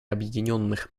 объединенных